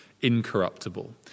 incorruptible